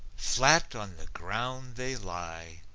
flat on the ground they lie,